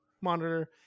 monitor